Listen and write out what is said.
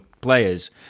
players